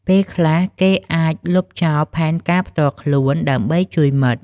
ពេលខ្លះ គេអាចលុបចោលផែនការផ្ទាល់ខ្លួន ដើម្បីជួយមិត្ត។